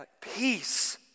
peace